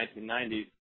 1990s